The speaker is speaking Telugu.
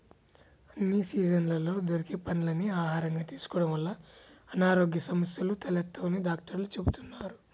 అన్ని సీజన్లలో దొరికే పండ్లని ఆహారంగా తీసుకోడం వల్ల అనారోగ్య సమస్యలు తలెత్తవని డాక్టర్లు చెబుతున్నారు